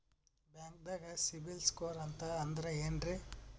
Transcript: ಬ್ಯಾಂಕ್ದಾಗ ಸಿಬಿಲ್ ಸ್ಕೋರ್ ಅಂತ ಅಂದ್ರೆ ಏನ್ರೀ?